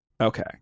Okay